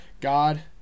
God